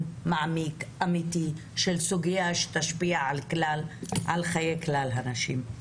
מעמיק ואמיתי בסוגיה שתשפיע על חיי כלל הנשים.